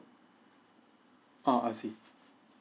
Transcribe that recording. ah I see